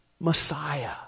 Messiah